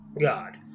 God